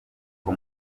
uko